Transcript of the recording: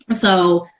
but so,